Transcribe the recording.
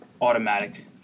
automatic